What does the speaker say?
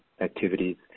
activities